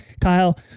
Kyle